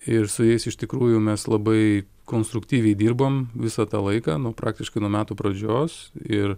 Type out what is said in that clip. ir su jais iš tikrųjų mes labai konstruktyviai dirbom visą tą laiką nuo praktiškai nuo metų pradžios ir